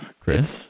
Chris